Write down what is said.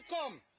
come